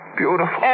beautiful